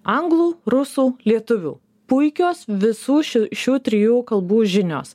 anglų rusų lietuvių puikios visų šių šių trijų kalbų žinios